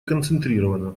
концентрированно